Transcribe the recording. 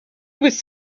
was